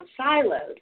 siloed